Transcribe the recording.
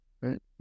Right